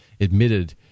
Admitted